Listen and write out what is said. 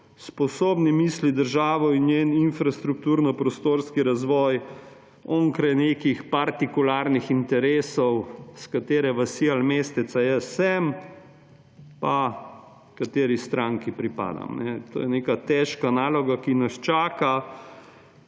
sposobni misliti državo in njen infrastrukturni prostorski razvoj onkraj nekih partikularnih interesov, iz katere vasi ali mesteca jaz sem pa kateri stranki pripadam. To je neka težka naloga, ki nas čaka.